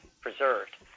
preserved